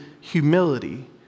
humility